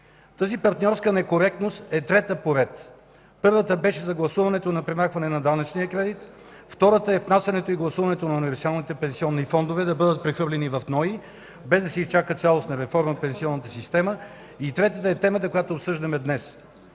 Тази партньорска некоректност е трета поред. Първата беше за гласуването на премахване на данъчния кредит; втората е внасянето и гласуването универсалните пенсионни фондове да бъда прехвърлени в НОИ, без да се изчака цялостна реформа в пенсионната система; и третата е темата, която обсъждаме днес.